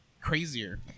crazier